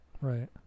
Right